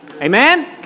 Amen